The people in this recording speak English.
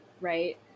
right